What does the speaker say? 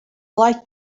like